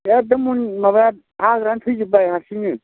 एगदम माबाया हाग्रायानो थैजोब्बाय हारसिंनो